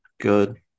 good